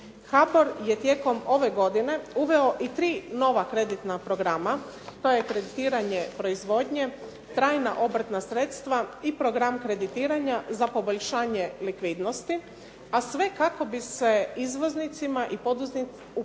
HBOR je tijekom ove godine uveo i 3 nova kreditna programa. To je kreditiranje proizvodnje, trajna obrtna sredstva i program kreditiranja za poboljšanje likvidnosti, a sve kako bi se izvoznicima i poduzetnicima u razdoblju